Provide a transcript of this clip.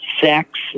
sex